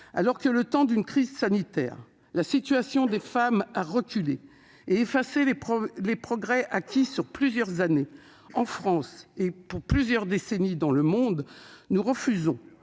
Alors que, le temps d'une crise sanitaire, la situation des femmes a reculé et qu'ont été effacés les progrès réalisés depuis plusieurs années en France- et depuis plusieurs décennies dans le monde -, nous refusons